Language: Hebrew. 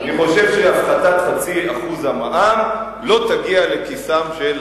אני חושב שהפחתת 0.5% המע"מ לא תגיע לכיסם של